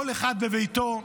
כל אחד בביתו,